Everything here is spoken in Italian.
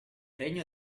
regno